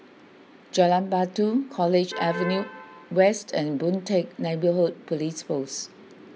Jalan Batu College Avenue West and Boon Teck Neighbourhood Police Post